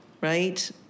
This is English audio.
right